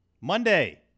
Monday